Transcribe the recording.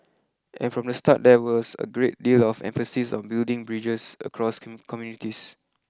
and from the start there was a great deal of emphasis on building bridges across communities